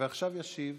עכשיו ישיב